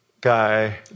guy